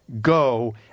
go